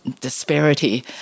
disparity